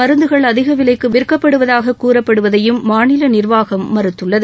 மருந்துகள் அதிக விலைக்கு விற்கப்படுவதாக கூறப்படுவதையும் மாநில நிர்வாகம் மறுத்துள்ளது